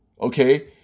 okay